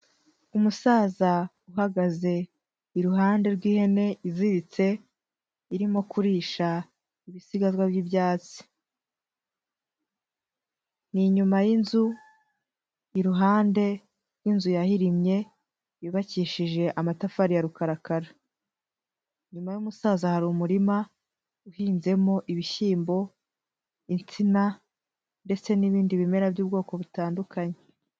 Umusaza uhagaze iruhande rw'ihene iziritse irimo kurisha ibisigazwa by'ibyatsi. Ni inyuma y'inzu iruhande rw'inzu yahirimye yubakishije amatafari ya rukarakara. Inyuma y'umusaza hari umurima uhinzemo ibishyimbo, insina, ndetse n'ibindi bimera by'ubwoko butandukanye.